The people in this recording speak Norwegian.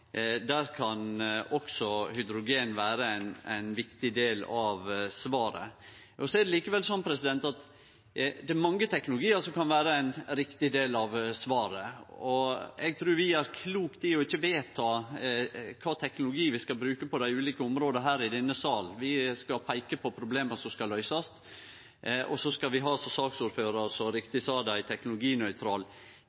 Der kan også hydrogen vere enn ein viktig del av svaret. Det er likevel sånn at det er mange teknologiar som kan vere ein riktig del av svaret, og eg trur vi gjer klokt i å ikkje vedta i denne sal kva teknologiar vi skal bruke på dei ulike områda. Vi skal peike på problema som skal løysast, og så skal vi , som